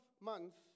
months